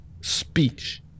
speech